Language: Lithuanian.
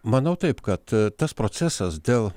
manau taip kad tas procesas dėl